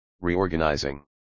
reorganizing